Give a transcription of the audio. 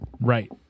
Right